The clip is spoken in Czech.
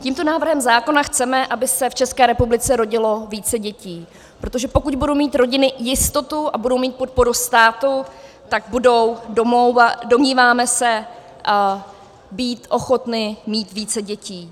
Tímto návrhem zákona chceme, aby se v České republice rodilo více dětí, protože pokud budou mít rodiny jistotu a budou mít podporu státu, tak budou, domníváme se, ochotny mít více dětí.